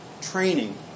training